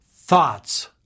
Thoughts